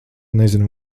nezinu